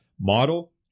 model